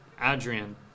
Adrian